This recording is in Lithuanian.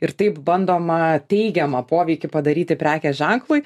ir taip bandoma teigiamą poveikį padaryti prekės ženklui